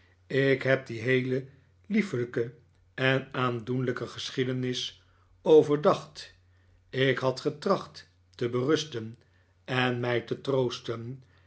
ik heb die heele liefelijke en aandoenlijke geschiedenis overdacht ik had getracht te berusten en mij te troosten